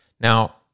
Now